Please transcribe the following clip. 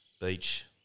beach